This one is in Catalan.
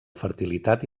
fertilitat